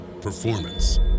performance